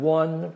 one